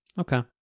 okay